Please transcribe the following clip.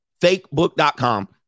Fakebook.com